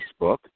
Facebook